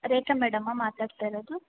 ರೇಖಾ ಮೇಡಮಾ ಮಾತಾಡ್ತಾ ಇರೋದು